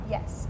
Yes